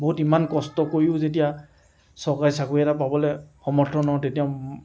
বহুত ইমান কষ্ট কৰিও যেতিয়া চৰকাৰী চাকৰি এটা পাবলৈ সমৰ্থ নহওঁ তেতিয়া